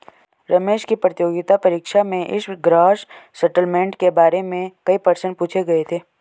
रमेश की प्रतियोगिता परीक्षा में इस ग्रॉस सेटलमेंट के बारे में कई प्रश्न पूछे गए थे